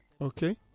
Okay